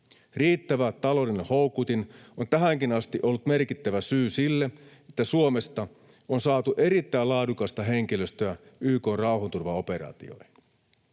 Riittävä taloudellinen houkutin on tähänkin asti ollut merkittävä syy siihen, että Suomesta on saatu erittäin laadukasta henkilöstöä YK:n rauhanturvaoperaatioihin.